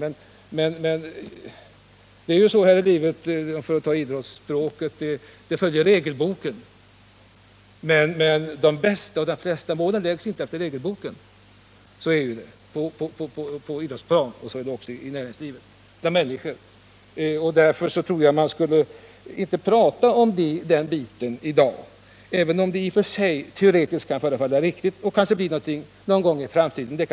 Men det är ju så här i livet, för att tala idrottsspråk, att det följer regelboken. Men de flesta och de bästa målen görs inte efter regelboken — så är det på idrottsplanen och så är det även inom näringslivet. Därför tror jag att man inte skall prata om den här biten i dag, även om den i och för sig teoretiskt kan förefalla riktig och kanske kan bli något i framtiden